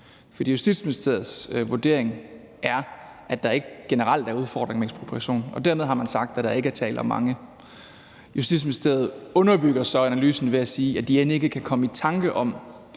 For Justitsministeriets vurdering er, at der ikke generelt er udfordringer med ekspropriation, og dermed har man sagt, at der ikke er tale om mange. Justitsministeriet underbygger så analysen ved at sige, at de end ikke kan komme i tanke om